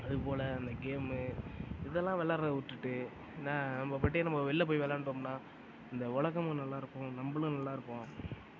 அது போல் அந்த கேம்மு இதெல்லாம் விளையாடுறத விட்டுட்டு நம்ம பாட்டுக்கு வெளில போய் விளையாண்டோம்னா இந்த உலகமும் நல்லா இருக்கும் நம்மளும் நல்லா இருப்போம்